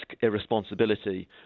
irresponsibility